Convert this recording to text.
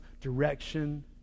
direction